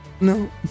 no